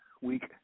week